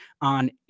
on